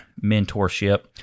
mentorship